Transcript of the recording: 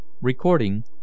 Recording